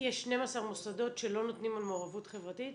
יש 12 מוסדות שלא נותנים על מעורבות חברתית?